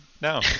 no